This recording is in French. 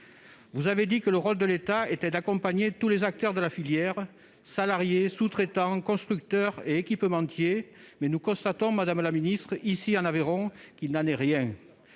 Vous avez dit que le rôle de l'État est d'accompagner tous les acteurs de la filière- salariés, sous-traitants, constructeurs et équipementiers -, mais nous constatons en Aveyron qu'il n'en est rien.